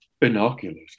binoculars